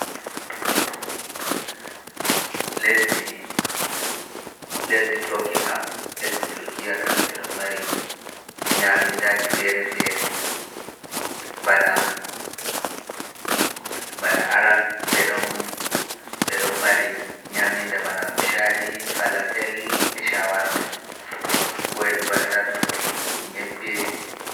Lesdi Tokki, Turkiya e ɗum mari ñamindaaji feere feere, bana aran, ɓe ɗum mari ñaminda bana ko caari falafel e caawarma, boyɗu waɗira ɗum e ñebbe.